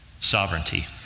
Sovereignty